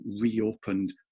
reopened